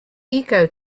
eco